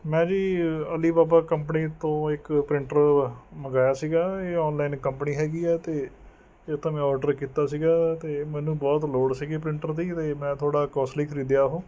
ਮੈਂ ਜੀ Alibaba company ਤੋਂ ਇੱਕ ਪ੍ਰਿੰਟਰ ਮੰਗਾਇਆ ਸੀਗਾ ਇਹ ਔਨਲਾਈਨ ਕੰਪਨੀ ਹੈਗੀ ਹੈ ਅਤੇ ਇਹ ਤਾਂ ਮੈਂ ਔਡਰ ਕੀਤਾ ਸੀਗਾ ਅਤੇ ਮੈਨੂੰ ਬਹੁਤ ਲੋੜ ਸੀਗੀ ਪ੍ਰਿੰਟਰ ਦੀ ਅਤੇ ਮੈਂ ਥੋੜ੍ਹਾ ਕੋਸਟਲੀ ਖਰੀਦਿਆ ਉਹ